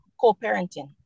co-parenting